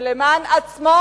ולמען עצמו,